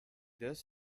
this